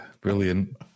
brilliant